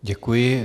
Děkuji.